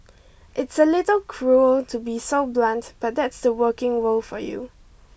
it's a little cruel to be so blunt but that's the working world for you